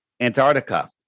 Antarctica